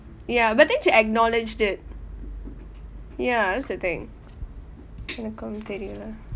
ya but then she acknowledged it ya that's the thing எனக்கு ஒன்னு தெரியில்லே:enakku onnu theriyillae